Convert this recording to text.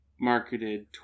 marketed